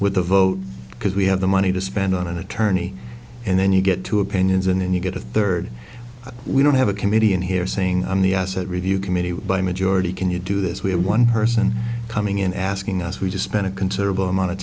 with the vote because we have the money to spend on an attorney and then you get two opinions and then you get a third we don't have a committee in here saying on the asset review committee by majority can you do this we have one person coming in asking us we spend a considerable amount of